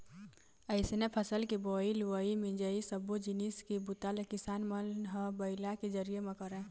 अइसने फसल के बोवई, लुवई, मिंजई सब्बो जिनिस के बूता ल किसान मन ह बइला के जरिए म करय